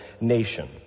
nation